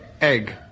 Egg